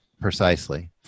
Precisely